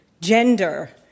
gender